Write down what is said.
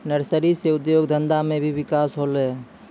nursery से उद्योग धंधा मे भी बिकास होलै